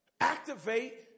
Activate